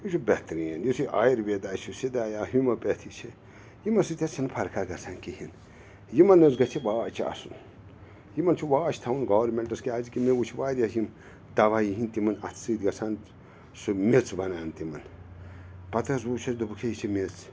یہِ چھُ بہتریٖن یُس یہِ آیُرویدا چھُ سِدا یا ہیٖموپیتھی چھِ یِمو سۭتۍ حظ چھِنہٕ فرکھا گژھان کِہیٖنۍ یِمَن حظ گَژھِ یہِ واچ آسُن یِمَن چھُ واچھ تھاوُن گورمِنٹَس کیٛازِکہِ مےٚ وُچھ واریاہ یِم دَوا یِہِنٛدۍ تِمَن اَتھٕ سۭتۍ گژھان سُہ میٚژ بَنان تِمَن پَتہٕ حظ وُچھ اَسہِ دوٚپُکھ ہے یہِ چھِ میٚژ